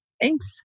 Thanks